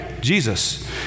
Jesus